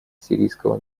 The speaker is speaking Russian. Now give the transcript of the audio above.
сирийского